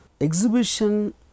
Exhibition